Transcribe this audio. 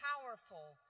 powerful